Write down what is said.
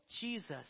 Jesus